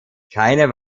keine